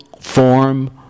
form